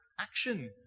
action